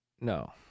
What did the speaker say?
No